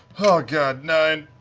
oh god, nine.